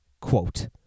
quote